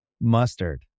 Mustard